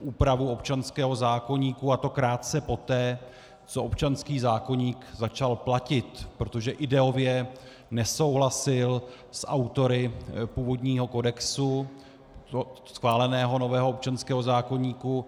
úpravu občanského zákoníku, a to krátce poté, co občanský zákoník začal platit, protože ideově nesouhlasil s autory původního kodexu schváleného nového občanského zákoníku.